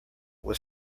was